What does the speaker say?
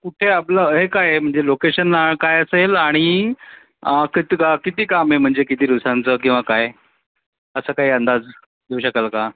कुठे आहे आपलं हे काय आहे म्हणजे लोकेशन आ काय असेल आणि कितीदा किती काम आहे म्हणजे किती दिवसांचं किंवा काय असा काही अंदाज देऊ शकाल का